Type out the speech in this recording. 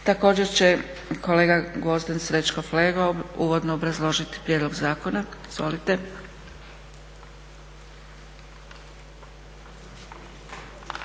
Također će kolega Gvozden Srećko Flego uvodno obrazložiti prijedlog zakona. Izvolite.